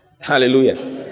Hallelujah